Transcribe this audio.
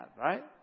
right